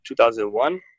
2001